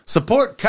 Support